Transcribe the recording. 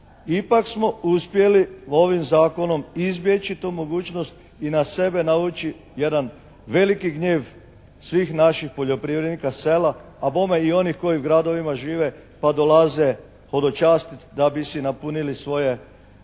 Ipak smo uspjeli ovom zakonom izbjeći tu mogućnost i na sebe navući jedan veliki gnjev svih naših poljoprivrednika s sela, a bome i onih koji v gradovima žive pa dolaze hodočastiti da bi si napunili svoje